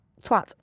twat